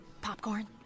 Popcorn